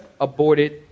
aborted